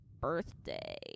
birthday